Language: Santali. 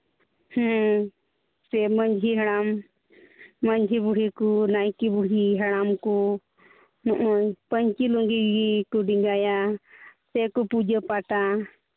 ᱦᱮᱸ ᱥᱮ ᱢᱟᱺᱡᱷᱤ ᱦᱟᱲᱟᱢ ᱢᱟᱺᱡᱷᱤ ᱵᱩᱲᱦᱤ ᱠᱚ ᱱᱟᱭᱠᱮ ᱵᱩᱲᱦᱤ ᱦᱟᱲᱟᱢ ᱠᱚ ᱯᱟᱹᱧᱪᱤ ᱞᱩᱝᱜᱤ ᱜᱮᱠᱚ ᱰᱮᱸᱜᱟᱭᱟ ᱥᱮᱠᱚ ᱯᱩᱡᱟᱹ ᱯᱟᱴᱟ